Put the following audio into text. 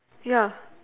ya